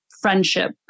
friendship